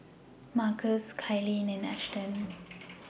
Markus Kylene and Ashton